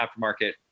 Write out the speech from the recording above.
aftermarket